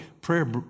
prayer